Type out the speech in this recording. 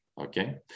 Okay